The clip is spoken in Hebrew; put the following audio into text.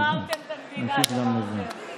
גמרתם את המדינה, גמרתם.